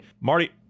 Marty